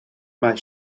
mae